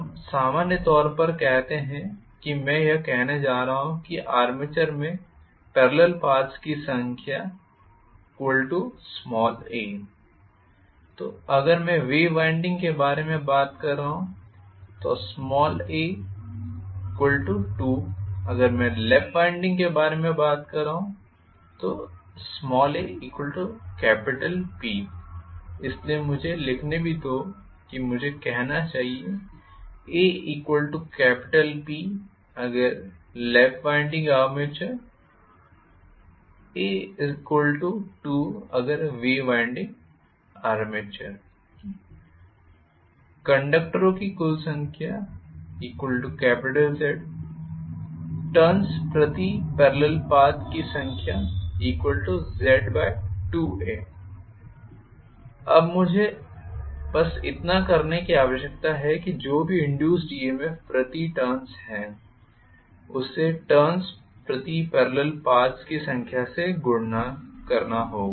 तो हम सामान्य तौर पर कहते हैं कि मैं यह कहने जा रहा हूं कि आर्मेचर में पेरलल पाथ्स की संख्या a तो अगर मैं वेव वाइंडिंग के बारे में बात कर रहा हूं a2 अगर मैं लैप वाइंडिंग के बारे में बात कर रहा हूं aP इसलिए मुझे लिखने भी दो कि मुझे कहना चाहिए aP अगर लैप आर्मेचर a2 अगर वेव आर्मेचर कंडक्टरों की कुल संख्या Z टर्न्स प्रति पेरलल पाथ्स की संख्याZ2a अब मुझे बस इतना करने की आवश्यकता है कि जो भी इंड्यूस्ड ईएमएफ प्रति टर्न्स है उसे टर्न्स प्रति पेरलल पाथ्स की संख्या से गुणा करना है